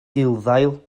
gulddail